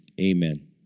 amen